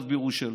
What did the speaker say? בירושלים,